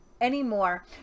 anymore